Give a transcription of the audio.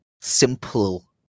simple